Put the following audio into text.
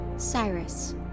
Cyrus